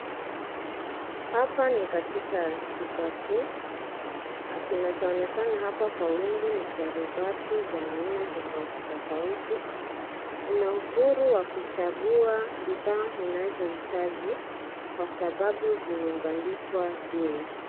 Hapa ni katika duka kuu. Kionekana hapa kwa wingi ni sharubati za aina tofauti tofauti. Una uhuru wa kuchagua bidhaa unazohitaji kwa sababu zimebandikwa bei.